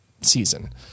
season